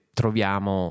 troviamo